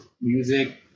music